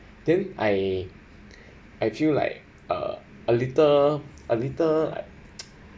then I I feel like uh a little a little like